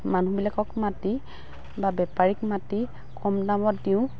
মানুহবিলাকক মাতি বা বেপাৰীক মাতি কম দামত দিওঁ